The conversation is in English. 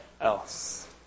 else